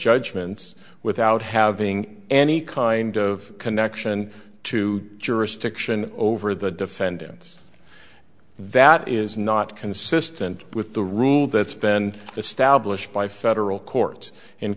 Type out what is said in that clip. judgments without having any kind of connection to jurisdiction over the defendants that is not consistent with the rule that's been established by federal court in